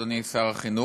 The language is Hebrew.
אדוני שר החינוך,